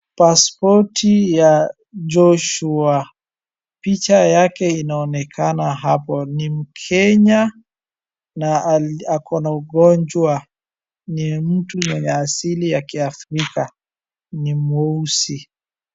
Passport ya Joshua, picha yake inaonekana hapo ni mkenya na ako na ugonjwa. Ni mtu mwenye asili ya kiafrika, ni mweusi.